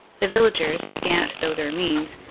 the villagers, scant though their means,